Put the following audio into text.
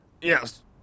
Yes